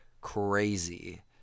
crazy